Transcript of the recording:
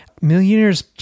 millionaires